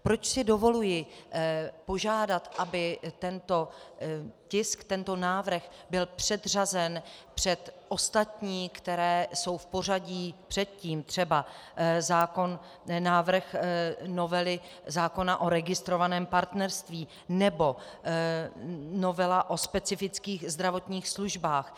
Proč si dovoluji požádat, aby tento tisk, tento návrh byl předřazen před ostatní, které jsou v pořadí před tím, třeba návrh novely zákona o registrovaném partnerství nebo novela o specifických zdravotních službách?